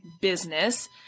business